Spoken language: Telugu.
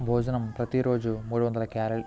భోజనం ప్రతీరోజు మూడు వందల క్యారెల్